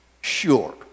Sure